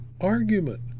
argument